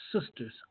sisters